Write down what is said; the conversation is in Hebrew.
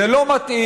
זה לא מתאים.